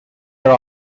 were